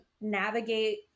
navigate